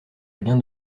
gain